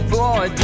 boy